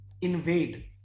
Invade